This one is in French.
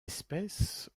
espèces